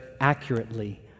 accurately